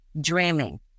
dreaming